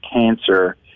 cancer